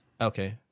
Okay